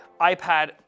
iPad